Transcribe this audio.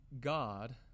God